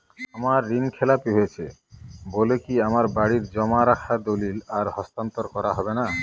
আমার ঋণ খেলাপি হয়েছে বলে কি আমার বাড়ির জমা রাখা দলিল আর হস্তান্তর করা হবে না?